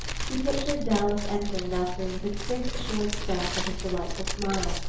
he pictured dallas entering that room with his quick assured step and his delightful smile,